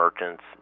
merchants